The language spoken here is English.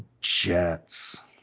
Jets